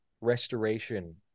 restoration